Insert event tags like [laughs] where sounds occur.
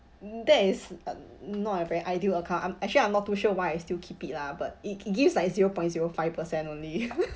that is not a very ideal account I'm actually I'm not too sure why I still keep it lah but it gives like zero point zero five percent only [laughs]